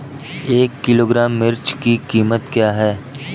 एक किलोग्राम मिर्च की कीमत क्या है?